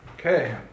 Okay